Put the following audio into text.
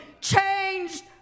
changed